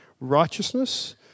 righteousness